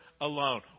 alone